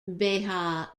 beja